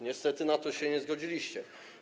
Niestety na to się nie zgodziliście.